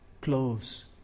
close